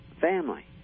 family